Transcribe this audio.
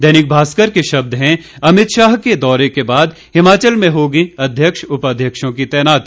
दैनिक भास्कर के शब्द हैं अमित शाह के दौरे के बाद हिमाचल में होगी अध्यक्ष उपाध्यक्षों की तैनाती